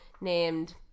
named